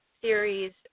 series